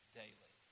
daily